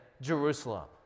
Jerusalem